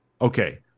Okay